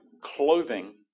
clothing